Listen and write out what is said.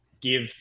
give